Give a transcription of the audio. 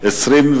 22